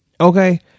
okay